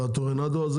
זה הטורנדו הזה